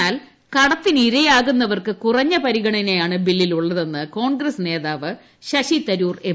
എന്നാൽ കടത്തിനിരയാകുന്നവർക്ക് കുറഞ്ഞ പരിഗണനയാണ് ബില്ലിൽ ഉള്ളതെന്ന് കോൺഗ്രസ് നേതാവ് ശശിതരൂർ എം